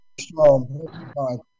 strong